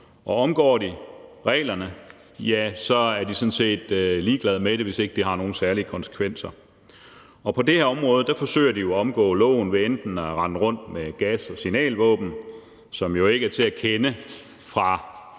Og omgår de reglerne, ja, så er de sådan set ligeglade med det, hvis ikke det har nogen særlige konsekvenser. Og på det her område forsøger de jo at omgå loven ved enten at rende rundt med gas- og signalvåben, som jo ikke er til at skelne fra